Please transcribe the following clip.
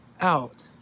out